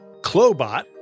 Clobot